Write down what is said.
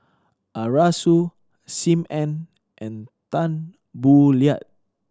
Arasu Sim Ann and Tan Boo Liat